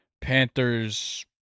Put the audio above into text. Panthers